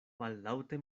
mallaŭte